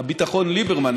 הביטחון ליברמן,